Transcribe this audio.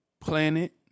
planet